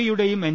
എയുടെയും എൻ